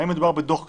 האם מדובר בדוח כתוב,